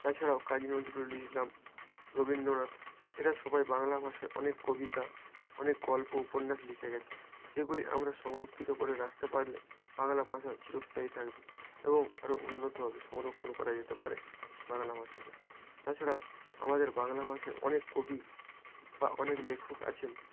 তাছাড়াও কাজি নজরুল ইসলাম রবীন্দ্রনাথ এরা সবাই বাংলা ভাষায় অনেক কবিতা অনেক গল্প উপন্যাস লিখে গেছেন যেগুলি আমরা সংরক্ষিত করে রাখতে পারলে বাংলা ভাষা চিরস্থায়ী থাকবে এবং আরও উন্নতভাবে সংরক্ষণও করা যেতে পারে বাংলা ভাষাকে তাছাড়াও আমাদের বাংলা ভাষায় অনেক কবি বা অনেক লেখক আছেন